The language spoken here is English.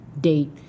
date